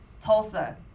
Tulsa